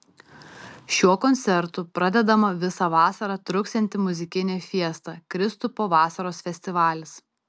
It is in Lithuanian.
šiuo koncertu pradedama visą vasarą truksianti muzikinė fiesta kristupo vasaros festivalis